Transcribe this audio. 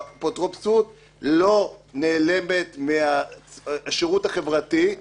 והאפוטרופסות לא נעלמת מהשירות החברתי.